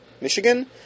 Michigan